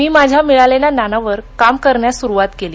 मी माझ्या मिळालेल्या ज्ञानावर काम करण्यासाठी सुरुवात केली